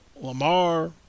Lamar